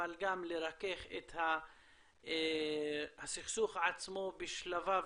אבל גם לרכך את הסכסוך עצמו בשלביו